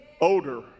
odor